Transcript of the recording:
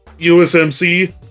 USMC